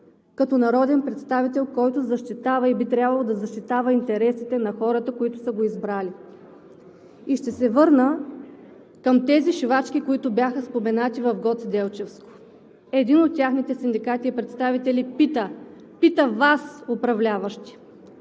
като народен представител, който защитава и би трябвало да защитава интересите на хората, които са го избрали. И ще се върна към тези шивачки в Гоцеделчевско, които бяха споменати. Един от техните синдикални представители пита Вас, управляващи: